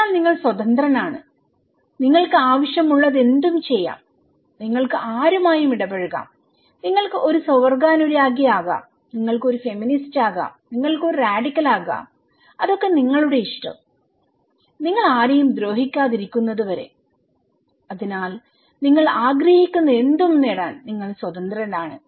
അതിനാൽ നിങ്ങൾ സ്വതന്ത്രനാണ് നിങ്ങൾക്ക് ആവശ്യമുള്ളതെന്തും ചെയ്യാം നിങ്ങൾക്ക് ആരുമായും ഇടപഴകാം നിങ്ങൾക്ക് ഒരു സ്വവർഗാനുരാഗിയാകാം നിങ്ങൾക്ക് ഒരു ഫെമിനിസ്റ്റാകാം നിങ്ങൾക്ക് ഒരു റാഡിക്കലാകാം അതൊക്കെ നിങ്ങളുടെ ഇഷ്ടംനിങ്ങൾ ആരെയും ദ്രോഹിക്കാതിരിക്കുന്നത് വരെഅതിനാൽ നിങ്ങൾ ആഗ്രഹിക്കുന്നതെന്തും നേടാൻ നിങ്ങൾ സ്വതന്ത്രരാണ്